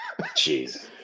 Jeez